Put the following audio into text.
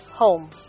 Home